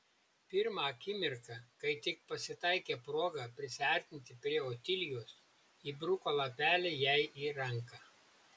pirmą akimirką kai tik pasitaikė proga prisiartinti prie otilijos įbruko lapelį jai į ranką